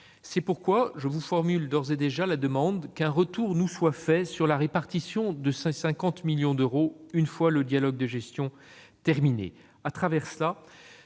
C'est pourquoi je formule d'ores et déjà la demande qu'un retour nous soit fait sur la répartition de cette enveloppe, une fois le dialogue de gestion terminé.